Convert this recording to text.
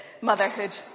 motherhood